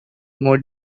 more